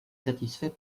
satisfait